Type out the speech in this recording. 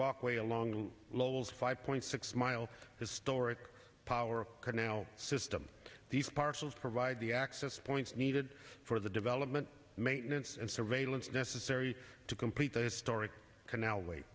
walkway along lowell's five point six miles historic power canal system these parcels provide the access points needed for the development maintenance and surveillance necessary to complete the historic canal way